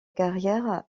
carrière